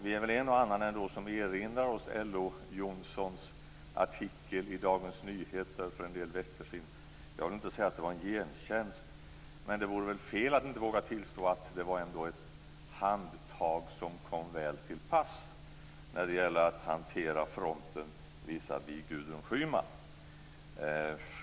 Vi är en och annan som erinrar oss LO Jonssons artikel i Dagens Nyheter för en del veckor sedan. Jag vill inte säga att det var en gentjänst, men det vore fel att inte våga tillstå att det var ett handtag som kom väl till pass när det gällde att hantera fronten visavi Gudrun Schyman.